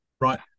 right